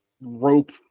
rope